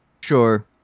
sure